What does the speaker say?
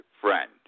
friend